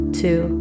two